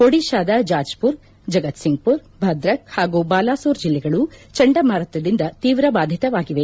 ಒಡಿಶಾದ ಜಾಜ್ ಜಗತ್ಸಿಂಗ್ಪುರ್ ಭದ್ರಕ್ ಹಾಗೂ ಬಾಲಾಸೊರ್ ಜಿಲ್ಲೆಗಳು ಚಂಡಮಾರುತದಿಂದ ತೀವ್ರಬಾಧಿತವಾಗಿವೆ